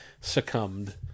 succumbed